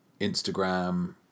Instagram